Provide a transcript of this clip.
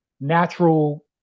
natural